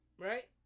Right